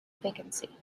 vacancy